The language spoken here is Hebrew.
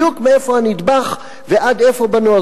בדיוק מאיפה הנדבך ועד איפה בנו.